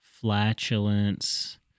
flatulence